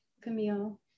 Camille